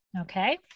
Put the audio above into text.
Okay